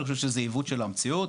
אני חושב שזה עיוות של המציאות,